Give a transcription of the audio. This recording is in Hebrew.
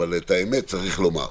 אבל את האמת צריך לומר.